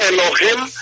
Elohim